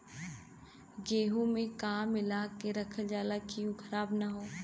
गेहूँ में का मिलाके रखल जाता कि उ खराब न हो?